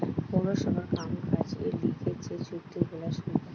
পৌরসভার কাম কাজের লিগে যে চুক্তি গুলা সই করে